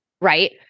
Right